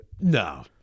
No